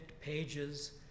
pages